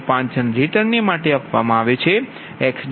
05 generator ને માટે આપવામાં આવે છે xg1 0